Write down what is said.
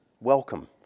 welcome